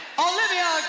olivia